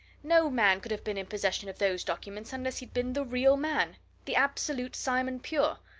no man could have been in possession of those documents unless he'd been the real man the absolute simon pure!